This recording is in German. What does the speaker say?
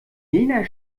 jener